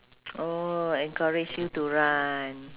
oh encourage you to run